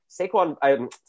saquon